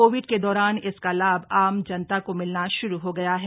Covid के दौरान इसका लाभ आम जनता को मिलना शुरू हो गया है